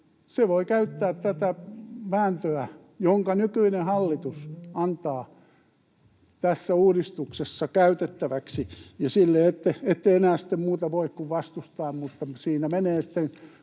se voi käyttää tätä vääntöä, jonka nykyinen hallitus antaa tässä uudistuksessa käytettäväksi, ja sille ette enää sitten muuta voi kuin vastustaa, mutta siinä menee sitten